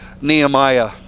Nehemiah